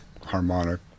harmonic